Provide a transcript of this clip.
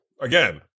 Again